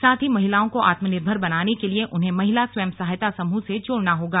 साथ ही महिलाओं को आत्मनिर्भर बनाने के लिए उन्हें महिला स्वयं सहायता समूह से जोड़ना होगा